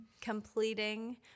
completing